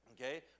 Okay